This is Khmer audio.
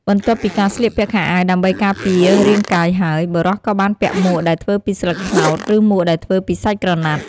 បន្ទាប់ពីការស្លៀកពាក់ខោអាវដើម្បីការពាររាងកាយហើយ បុរសក៏បានពាក់មួកដែលធ្វើពីស្លឹកត្នោត ឬមួកដែលធ្វើពីសាច់ក្រណាត់។